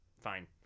Fine